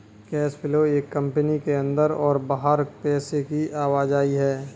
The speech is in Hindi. कैश फ्लो एक कंपनी के अंदर और बाहर पैसे की आवाजाही है